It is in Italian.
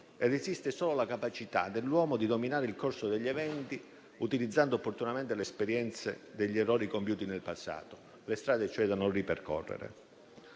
Esiste solo la capacità dell'uomo di dominare il corso degli eventi, utilizzando opportunamente le esperienze degli errori compiuti nel passato, cioè le strade da non ripercorrere.